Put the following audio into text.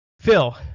phil